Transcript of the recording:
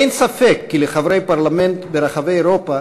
אין ספק כי לחברי פרלמנט ברחבי אירופה